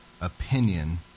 opinion